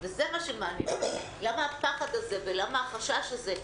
וזה מה שמעניין אותי, למה הפחד הזה ולמה החשש הזה.